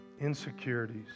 insecurities